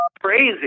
crazy